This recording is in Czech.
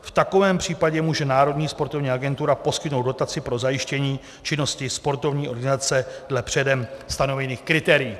V takovém případě může Národní sportovní agentura poskytnout dotaci pro zajištění činnosti sportovní organizace dle předem stanovených kritérií.